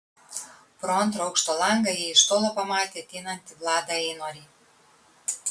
pro antro aukšto langą jie iš tolo pamatė ateinantį vladą einorį